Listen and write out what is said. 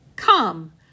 Come